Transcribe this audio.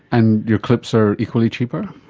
and your clips are equally cheaper?